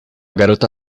garota